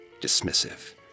dismissive